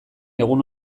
egun